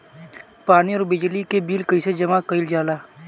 पानी और बिजली के बिल कइसे जमा कइल जाला?